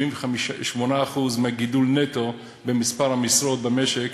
78% מהגידול נטו במספר המשרות במשק,